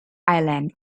island